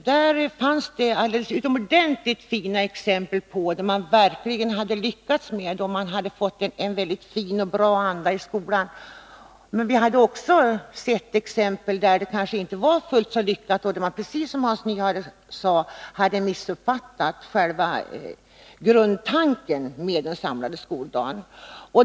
Det fanns utomordentligt fina exempel på hur man verkligen hade lyckats och fått en fin anda i skolan. Men det fanns även exempel, där resultatet inte blivit fullt så lyckat utan där man, precis som Hans Nyhage sade, hade missuppfattat själva grundtanken med den samlade skoldagen.